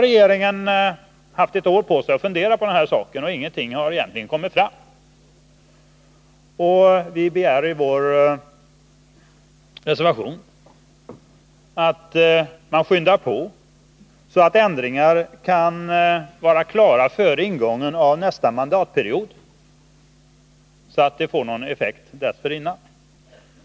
Regeringen har nu haft ett år på sig att fundera över den här saken, men ingenting har egentligen kommit fram. Vi begär i vår reservation att man Nr 13 skyndar på, så att ändringar kan vara klara före ingången av nästa Onsdagen den mandatperiod för att de skall få någon effekt dessförinnan.